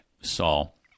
Saul